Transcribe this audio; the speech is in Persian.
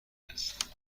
است